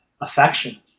affection